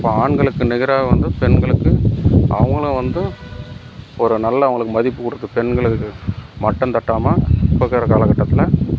இப்போ ஆண்களுக்கு நிகராக வந்து பெண்களுக்கு அவங்களும் வந்து ஒரு நல்ல அவங்களுக்கு மதிப்பு கொடுத்து பெண்களை மட்டம் தட்டாமல் இப்போ இக்கறை காலகட்டத்தில்